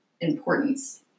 importance